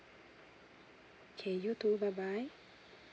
okay you too bye bye